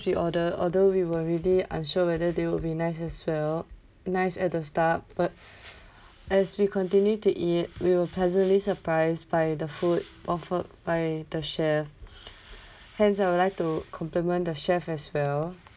we order although we were really unsure whether they will be nice as well nice at the start but as we continue to eat we were pleasantly surprised by the food offered by the chef hence I would like to compliment the chef as well